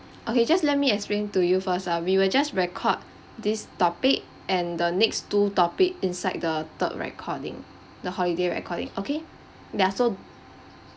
okay just let me explain to you first ah we will just record this topic and the next two topic inside the third recording the holiday recording okay ya so